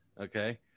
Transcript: okay